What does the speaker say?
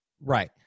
Right